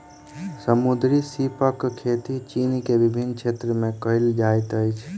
समुद्री सीपक खेती चीन के विभिन्न क्षेत्र में कयल जाइत अछि